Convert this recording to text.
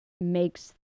makes